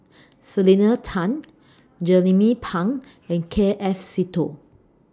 Selena Tan Jernnine Pang and K F Seetoh